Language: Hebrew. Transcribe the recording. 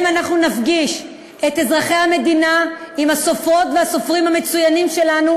שבהם אנחנו נפגיש את אזרחי המדינה עם הסופרות והסופרים המצוינים שלנו